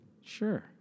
Sure